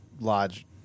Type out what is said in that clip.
Lodge